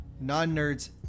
non-nerds